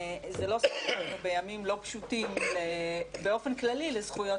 זה לא סוד שאנחנו בימים לא פשוטים באופן כללי לזכויות